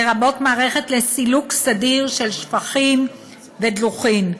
לרבות מערכת לסילוק סדיר של שפכים ודלוחין,